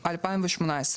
אוקיי,